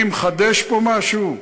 אני מחדש פה משהו?